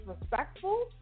respectful